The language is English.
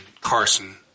Carson